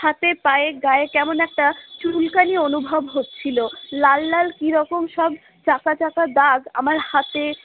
হাতে পায়ে গায়ে কেমন একটা চুলকানি অনুভব হচ্ছিলো লাল লাল কিরকম সব চাকা চাকা দাগ আমার হাতে